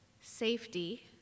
safety